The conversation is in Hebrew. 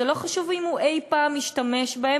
זה לא חשוב אם הוא אי-פעם השתמש בו.